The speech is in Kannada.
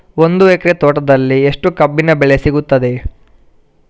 ಒಂದು ಎಕರೆ ತೋಟದಲ್ಲಿ ಎಷ್ಟು ಕಬ್ಬಿನ ಬೆಳೆ ಸಿಗುತ್ತದೆ?